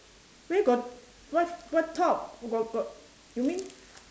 where got what what top got got you mean